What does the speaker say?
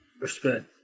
Respect